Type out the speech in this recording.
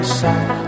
side